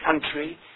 country